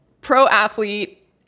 pro-athlete